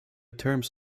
terms